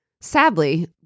sadly